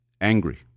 angry